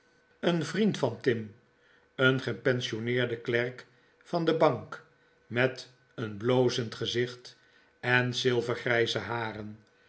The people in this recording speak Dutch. een nikolaas nickleby vriend van tim een gepensionneerden klerk van de bank met een blozend gezicht en zilvergrijze haren